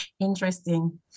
interesting